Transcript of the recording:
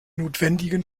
notwendigen